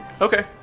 Okay